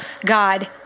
God